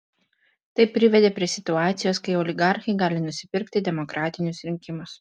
tai privedė prie situacijos kai oligarchai gali nusipirkti demokratinius rinkimus